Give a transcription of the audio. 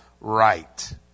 right